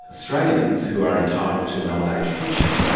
australians who are entitled to an old age pension,